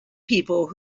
people